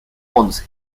ponce